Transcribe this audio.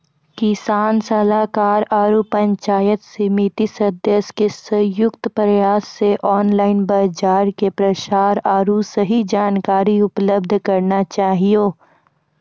किसान सलाहाकार आरु पंचायत समिति सदस्य के संयुक्त प्रयास से ऑनलाइन बाजार के प्रसार आरु सही जानकारी उपलब्ध करना चाहियो?